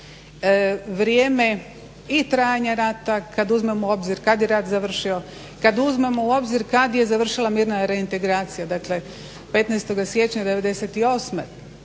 godine vrijeme i trajanja rata kada uzmemo u obzir kada je rat završio, kada uzmemo u obzir kada je završila mirna reintegracija dakle 15.siječnja '98.